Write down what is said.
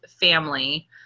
family